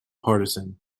partisan